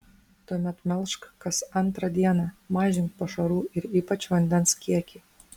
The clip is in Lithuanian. tuomet melžk kas antrą dieną mažink pašarų ir ypač vandens kiekį